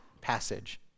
passage